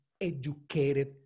educated